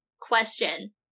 question